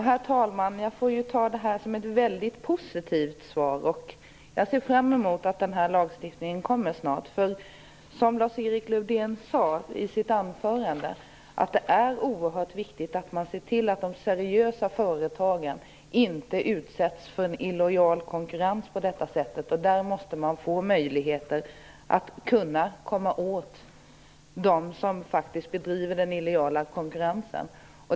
Herr talman! Det får jag ta som ett väldigt positivt svar. Jag ser fram emot att den här lagstiftningen kommer snart. Som Lars-Erik Lövdén sade i sitt anförande, är det oerhört viktigt att man ser till att de seriösa företagen inte utsätts för en illojal konkurrens på detta sätt. Där måste man få möjligheter att komma åt de som faktiskt bedriver den illojala konkurrensen.